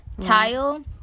Tile